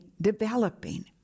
developing